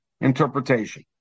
interpretation